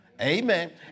Amen